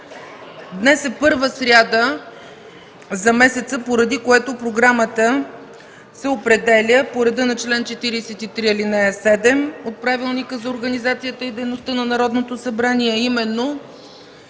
Днес е първата сряда за месеца, поради което програмата се определя по реда на чл. 43, ал. 7 от Правилника за организацията и дейността на Народното събрание,